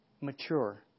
mature